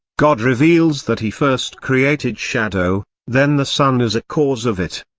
god reveals that he first created shadow, then the sun as a cause of it.